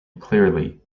clearly